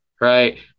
right